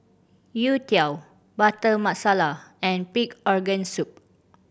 youtiao Butter Masala and pig organ soup